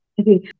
okay